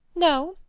no,